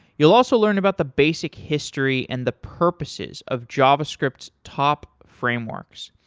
you'll also learn about the basic history and the purposes of javascript's top frameworks.